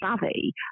savvy